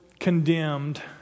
Condemned